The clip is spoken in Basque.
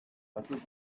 batzuk